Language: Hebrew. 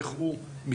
איך הוא מתקדם,